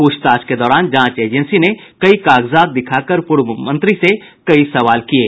पूछताछ के दौरान जांच एजेंसी ने कई कागजात दिखाकर पूर्व मंत्री से कई सवाल किये